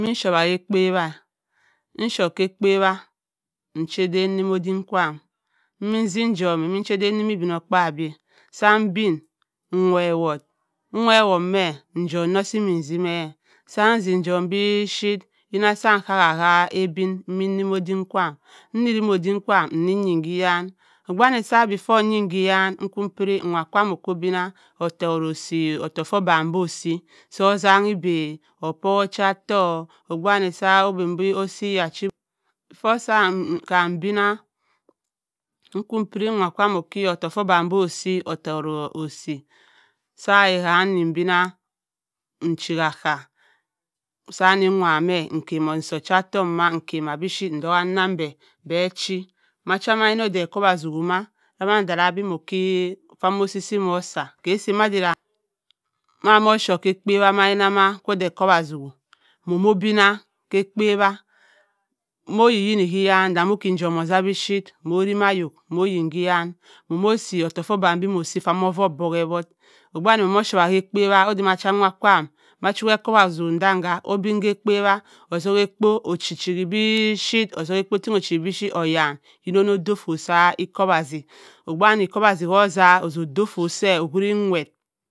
Emmi en’showwa ka-ekpa-a nn chop ka-ekpuw nn chadan orimma odim kwaam emmi ezi egom-ma emmi ochadan erim ibinokpaa byi-a sa mdin en. wewott en, wewott me egon dok si immi zi me sa zim egon bipuyrit yinna sa ekabua a obin ennim odim kwaam eri-eri odim kwaam inni eyin-ki-yan obgu wani sa before eyin-ki yan nku piri nwa kam ok, odinna ottewott osi ottoku tto obam-bi osi su osannang iba okpowi ocua ottoku obgu wani sa oben bi och before sam ebinna nnku piri nwa kwaam okke ottoku fo obam bo osi ottewott osi sa-a kwam nn-edinna e’ chikki aka sa nni ewowa me be achi amm ocha mayin oday ekowazi maa ka man moki offo osi-si osa kesi manda mo chop ka-ekpawa mayi-nna ma kko da ekowazi awott mommo obinnah ka-akpuwa mo-oyi-yinna ke iyan da moki egom asa bipyirt mo orrimma ahok mo oyin ke iyan momo si ottoku fo daam be osi offa mo bonsi ewott ogbu wani mommo oshowa a-kpwa oda ma cua nwa kwaam ana cha e’kowasi danke obinna ka-ekpwa otzoki ekpo ochiri bipuyitt owaun onno dok fot sa ekowazi ogbu wani ekowazi ozabu ozu odok fot se owuri nnwett.